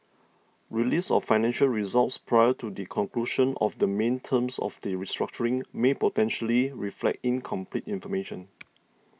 release of financial results prior to the conclusion of the main terms of the restructuring may potentially reflect incomplete information